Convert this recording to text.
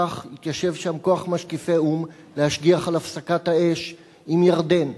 כך התיישב שם כוח משקיפי או"ם להשגיח על הפסקת האש עם ירדן.